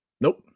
Nope